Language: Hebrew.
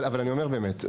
אבל אני אומר באמת.